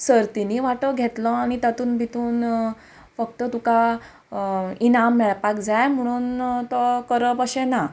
सर्तीनी वांटो घेतलो आनी तातूंत भितून फक्त तुका इनाम मेळपाक जाय म्हणून तो करप अशें ना